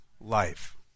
life